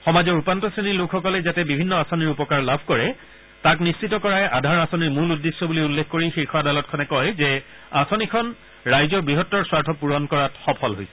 সমাজৰ উপান্ত শ্ৰেণীৰ লোকসকলে যাতে বিভিন্ন আঁচনিৰ উপকাৰ লাভ কৰে তাক নিশ্চিত কৰাই আধাৰ আঁচনিৰ মূল উদ্দেশ্য বুলি উল্লেখ কৰি শীৰ্ষ আদালতখনে কয় যে আঁচনিখন ৰাইজৰ বৃহত্তৰ স্বাৰ্থ পূৰণ কৰাত সফল হৈছে